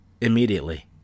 immediately